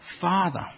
Father